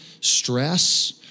stress